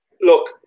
look